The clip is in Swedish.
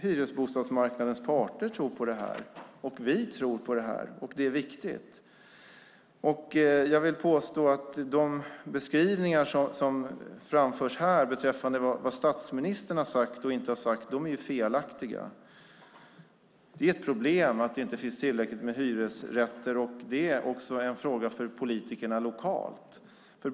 Hyresbostadsmarknadens parter tror på detta, och vi tror på detta. Det är viktigt. Jag vill påstå att de beskrivningar som framförs beträffande vad statsministern har sagt och inte sagt är felaktiga. Det är ett problem att det inte finns tillräckligt med hyresrätter. Det är också en fråga för politikerna lokalt.